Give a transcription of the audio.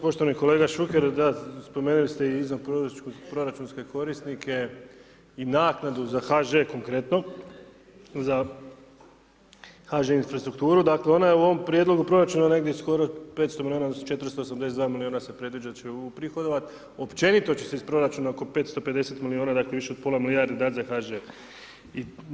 Poštovani kolega Šuker da, spomenuli ste izvanproračunske korisnike i naknadu za HŽ-e konkretno, za HŽ-e infrastrukturu, dakle, ona je u ovom prijedlogu Proračuna negdje skoro 500 miliona odnosno 482 miliona se predviđa da će u prihodovat, općenito će se iz Proračuna oko 550 miliona dati više od pola milijarde dati za HŽ-e.